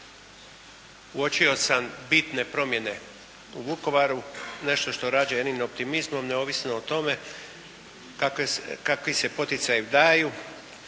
uočio sam bitne promjene u Vukovaru. Nešto što rađa jednim optimizmom neovisno o tome kakvi se poticaji daju